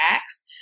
acts